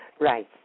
Right